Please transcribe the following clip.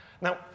Now